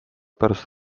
pärast